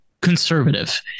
conservative